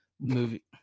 movie